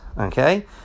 okay